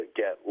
get